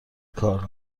کار